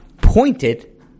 pointed